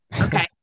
Okay